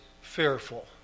fearful